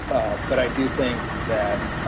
but i do think that,